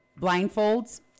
blindfolds